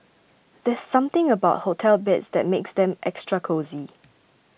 there's something about hotel beds that makes them extra cosy